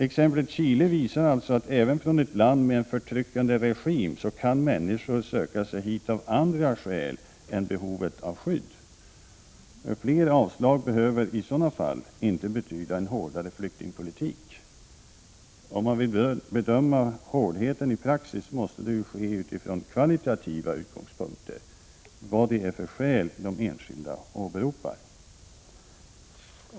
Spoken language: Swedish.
Exemplet Chile visar alltså att människor kan söka sig bort från ett land med en förtryckande regim även av andra skäl än behovet av skydd. Fler avslag i sådana ärenden behöver inte betyda att vi har en hårdare flyktingpolitik. Om man vill bedöma hårdheten i praxis måste det ju ske utifrån kvalitativa utgångspunkter — vad det är för skäl de enskilda åberopar.